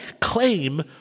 claim